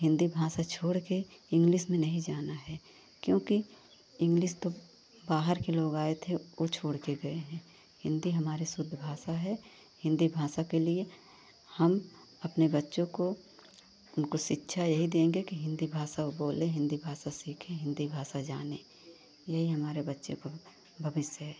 हिन्दी भाषा छोड़कर इंग्लिस में नहीं जाना है क्योंकि इंग्लिस तो बाहर के लोग आए थे वो छोड़ कर गए हैं हिन्दी हमारी शुद्ध भाषा है हिन्दी भाषा के लिए हम अपने बच्चों को उनको शिक्षा यही देंगे कि हिन्दी भाषा वे बोलें हिन्दी भाषा सीखें हिन्दी भाषा जानें यही हमारे बच्चों का भविष्य है